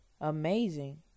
amazing